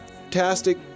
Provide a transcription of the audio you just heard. fantastic